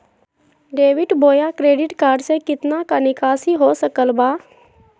Debit बोया credit card से कितना का निकासी हो सकल बा?